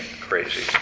crazy